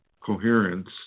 coherence